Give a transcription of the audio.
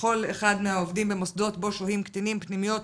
לכל אחד מהעובדים במוסדות בו שוהים קטינים: פנימיות,